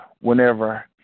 whenever